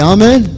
Amen